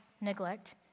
neglect